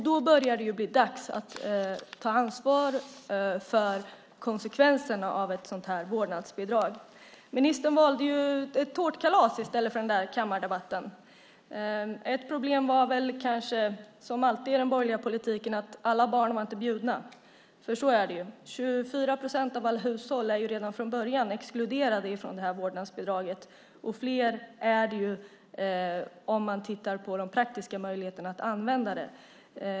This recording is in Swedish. Då börjar det bli dags att ta ansvar för konsekvenserna av ett vårdnadsbidrag. Ministern valde ett tårtkalas i stället för kammardebatten. Ett problem var väl, som alltid i den borgerliga politiken, att alla barn inte var bjudna. Så är det. 24 procent av alla hushåll är redan från början exkluderade från vårdnadsbidraget. Fler är det om man tittar på de praktiska möjligheterna att använda det.